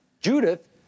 Judith